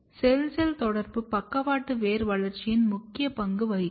செல் cell தொடர்பு பக்கவாட்டு வேர் வளர்ச்சியில் முக்கிய பங்கு வகிக்கிறது